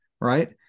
right